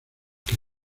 que